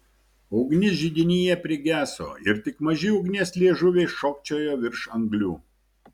ugnis židinyje prigeso ir tik maži ugnies liežuviai šokčiojo virš anglių